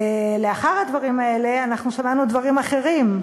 לאחר הדברים האלה שמענו דברים אחרים,